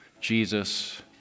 Jesus